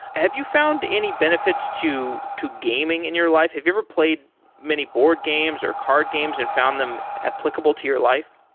have you found any benefits to to gaming in your life? have you ever played many board games or card games and found them applicable to your life?